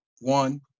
one